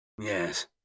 yes